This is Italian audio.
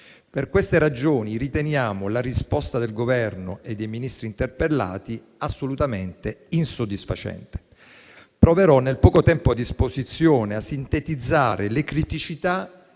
Per queste ragioni, riteniamo la risposta del Governo e dei Ministri interpellati assolutamente insoddisfacente. Proverò nel poco tempo a disposizione a sintetizzare le criticità